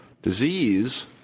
disease